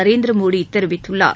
நரேந்திரமோடி தெரிவித்துள்ளார்